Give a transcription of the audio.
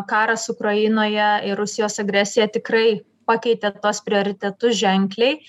karas ukrainoje ir rusijos agresija tikrai pakeitė tuos prioritetus ženkliai